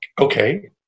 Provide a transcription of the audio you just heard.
okay